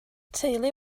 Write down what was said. teulu